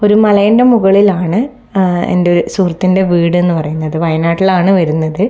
ഒരു മലേൻ്റെ മുകളിലാണ് എൻ്റെ സുഹൃത്തിൻ്റെ വീട് എന്ന് പറയുന്നത് വയനാട്ടിലാണ് വരുന്നത്